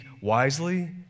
wisely